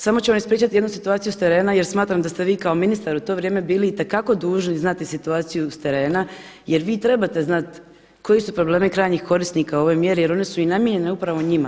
Samo ću vam ispričati jednu situaciju s terena, jer smatram da ste vi kao ministar u to vrijeme bili itekako dužni znati situaciju sa terena jer vi trebate znati koji su problemi krajnjih korisnika u ovoj mjeri jer one su i namijenjene upravo njima.